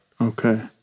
Okay